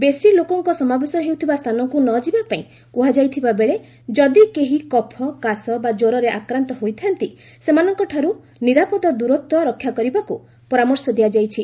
ବେଶି ଲୋକଙ୍କ ସମାବେଶ ହେଉଥିବା ସ୍ଥାନକୁ ନ ଯିବାପାଇଁ କୁହାଯାଇଥିବାବେଳେ ଯଦି କେହି କଫ କାଶ ବା ଜ୍ୱରରେ ଆକ୍ରାନ୍ତ ହୋଇଥା'ନ୍ତି ସେମାନଙ୍କଠାରୁ ନିରାପଦ ଦୂରତ୍ୱ ରକ୍ଷା କରିବାକୁ ପରାମର୍ଶ ଦିଆଯାଇଛି